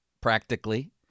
practically